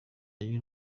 y’u